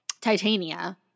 titania